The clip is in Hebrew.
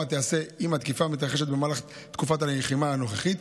תיעשה אם התקיפה מתרחשת במהלך תקופת הלחימה הנוכחית,